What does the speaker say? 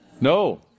No